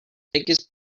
biggest